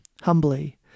humbly